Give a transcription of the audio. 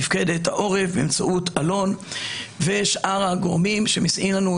מפקדת העורף באמצעות אלון ושאר הגורמים שמסייעים לנו,